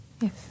Yes